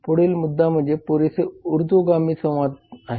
पुढील मुद्दा म्हणजे पुरेसा ऊर्ध्वगामी संवाद आहे